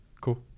Cool